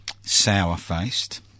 sour-faced